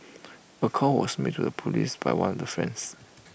A call was made to the Police by one of the friends